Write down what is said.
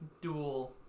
dual